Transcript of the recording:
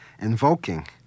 invoking